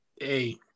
Hey